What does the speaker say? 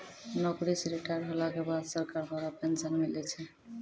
नौकरी से रिटायर होला के बाद सरकार द्वारा पेंशन मिलै छै